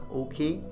okay